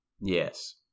Yes